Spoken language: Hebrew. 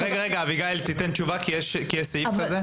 אביגיל תיתן תשובה כי יש סעיף כזה.